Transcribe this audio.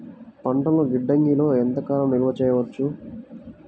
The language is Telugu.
పంటలను గిడ్డంగిలలో ఎంత కాలం నిలవ చెయ్యవచ్చు?